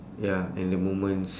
ya and the moments